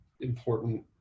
important